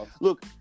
Look